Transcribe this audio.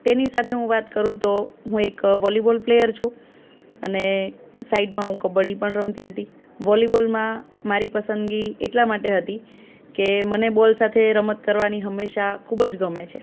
તેની સાથે હું વાત કરું તો હું એક વોલીબોલ પ્લેયર છું અને સાઇડમાં હું કબડ્ડી પણ રમતી હતી વોલીબોલમાં મારી પસંદગી એટલા માટે હતી કે મને બોલ સાથે રમત કરવાની હંમેશા ખૂબ જ ગમે છે